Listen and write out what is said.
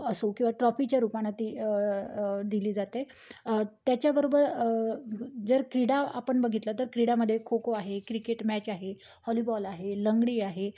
असो किंवा ट्रॉफीच्या रूपानं ती दिली जाते त्याच्याबरोबर जर क्रीडा आपण बघितलं तर क्रीडामध्ये खो खो आहे क्रिकेट मॅच आहे हॉलीबॉल आहे लंगडी आहे